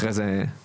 אחרי זה נתעמק.